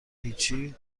هیچی